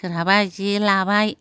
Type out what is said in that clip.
सोरहाबा जे लाबाय